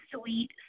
sweet